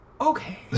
Okay